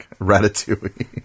Ratatouille